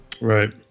Right